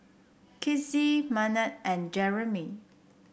Kizzy Maynard and Jereme